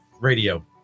radio